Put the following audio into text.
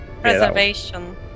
Preservation